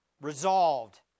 Resolved